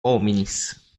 hominis